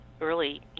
early